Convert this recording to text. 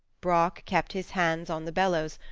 brock kept his hands on the bellows,